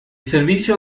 servizio